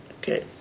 Okay